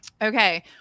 Okay